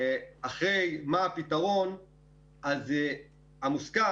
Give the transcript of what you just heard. אחרי מה הפתרון המוסכם